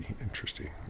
interesting